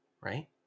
right